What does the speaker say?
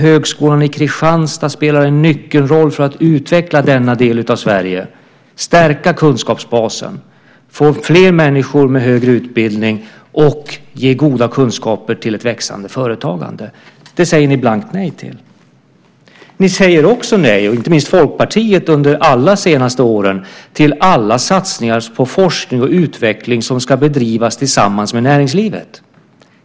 Högskolan i Kristianstad spelar ju en nyckelroll för att utveckla denna del av Sverige, för att stärka kunskapsbasen, få fler människor med högre utbildning och ge goda kunskaper till ett växande företagande. Det säger ni blankt nej till. Ni säger också nej, inte minst Folkpartiet under de allra senaste åren, till alla satsningar på forskning och utveckling som ska bedrivas tillsammans med näringslivet.